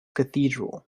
cathedral